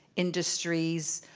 industries.